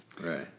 Right